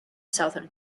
southern